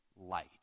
light